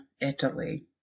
Italy